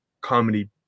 comedy